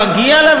מגיע לה,